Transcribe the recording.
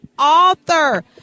author